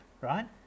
right